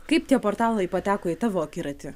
kaip tie portalai pateko į tavo akiratį